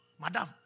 Madam